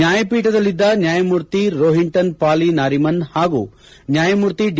ನ್ನಾಯಪೀಠದಲ್ಲಿದ್ದ ನ್ಯಾಯಮೂರ್ತಿ ರೋಹಿನ್ಟನ್ ಫಾಲಿ ನಾರಿಮನ್ ಹಾಗೂ ನ್ಯಾಯಮೂರ್ತಿ ಡಿ